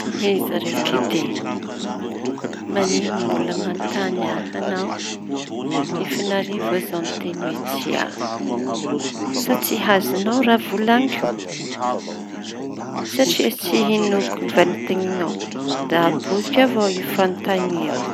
Tohiza resaky ty! Manino no mbola manotañy ahy añao? Efa n'arivo za miteny hoe tsia sa tsy azonao ra volañiko. Satria tsy hinoko valinteñinao da ampodiko avao i fanontañiako.